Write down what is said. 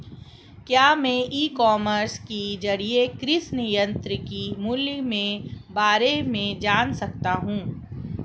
क्या मैं e commerce के ज़रिए कृषि यंत्र के मूल्य में बारे में जान सकता हूँ?